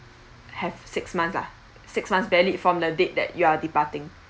have six months lah six months valid from the date that you are departing